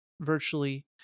virtually